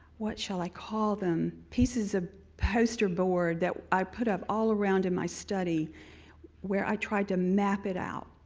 what shall i call them, pieces of ah poster board that i put up all around in my study where i tried to map it out.